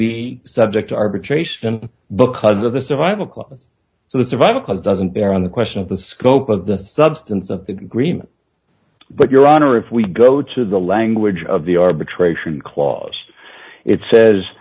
be subject to arbitration because of the survival club so that survival doesn't bear on the question of the scope of the substance of the agreement but your honor if we go to the language of the arbitration clause it says